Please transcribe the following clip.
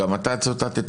גם אתה ציטטת,